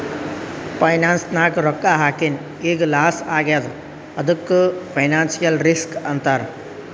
finance ನಾಗ್ ರೊಕ್ಕಾ ಹಾಕಿನ್ ಈಗ್ ಲಾಸ್ ಆಗ್ಯಾದ್ ಅದ್ದುಕ್ ಫೈನಾನ್ಸಿಯಲ್ ರಿಸ್ಕ್ ಅಂತಾರ್